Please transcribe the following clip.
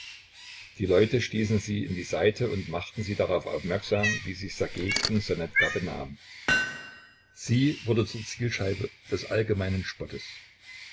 die leute stießen sie in die seite und machten sie darauf aufmerksam wie sich ssergej gegen ssonetka benahm sie wurde zur zielscheibe des allgemeinen spottes